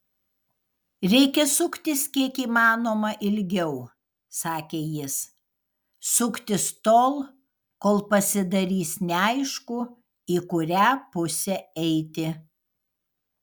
reikia suktis kiek įmanoma ilgiau sakė jis suktis tol kol pasidarys neaišku į kurią pusę eiti